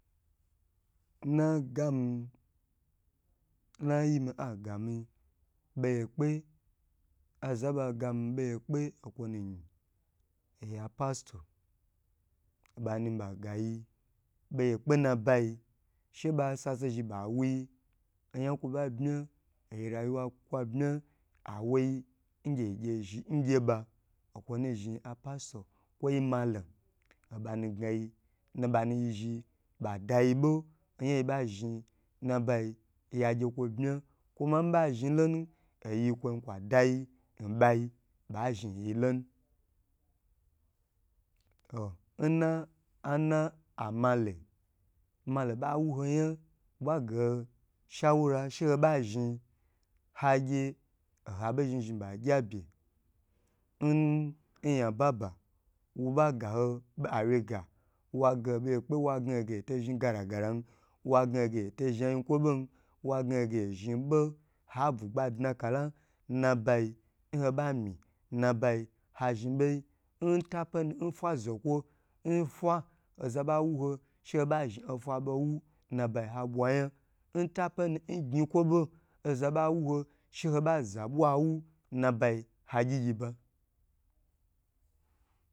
Nna gami nnayima agami beyi kpe aza ba gomi beye kpe okwo nayin pastor obanu bagayi beye kpe nabayi she ba sase zhn bawo yi oyan kwo ba bma oyi rayiwa kwa bma awoyi ngye yi gye yi zhi ngye ba okwo ni zhn a pastor, kwoyi malom obanu gna yi obanu yi zhi adayi bo, ayan ho ba zhn nabayi yagye kwo bma kuma ba zhn lonu oya kwon kwa dayi ba zhn yi lonu to nna an amale, male ba wu ho yan wo ba ga ho shawula she ho ba zhn ha gye oha ba zhin zhin ba gya be n nyababa woba gaho awye ga wagaho boye kpe wan gna ho ge ho to zhn gala galan wa gaho ge hoto to zho yikwo bo wa ga ho ge zhn bo ha bugba dna kala n naba, nho bam, n naba ha zhn bo yi nta peni nfa zokwo nfa oza ba wu ho sheho ba zhi ofa bo wu nnabayi ha bwa yam ntaeni ngni kwo bo oza baw ho she ho ba zabwa wo nna bayi hagyi gyiba